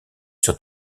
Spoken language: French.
sur